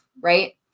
right